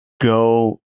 go